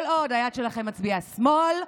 כל עוד היד שלכם מצביעה שמאל,